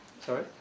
Sorry